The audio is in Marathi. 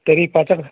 तरी पाच एक